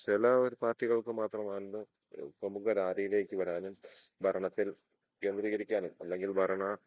ചില ഒരു പാർട്ടികൾക്ക് മാത്രമാണ് പ്രമുഖരാരീയിലേക്ക് വരാനും ഭരണത്തിൽ കേന്ദ്രീകരിക്കാനും അല്ലെങ്കിൽ ഭരണ